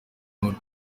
nkuru